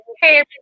hey